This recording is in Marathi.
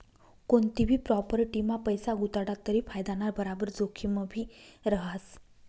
कोनतीभी प्राॅपटीमा पैसा गुताडात तरी फायदाना बराबर जोखिमभी रहास